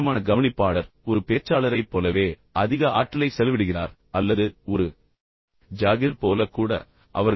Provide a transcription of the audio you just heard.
இப்போது தீவிரமான கவனிப்பாளர் ஒரு பேச்சாளரைப் போலவே அதிக ஆற்றலைச் செலவிடுகிறார் அல்லது ஒரு ஜாகிர் போல கூட என்று அவர்கள் கூறுகிறார்கள்